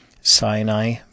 Sinai